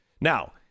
Now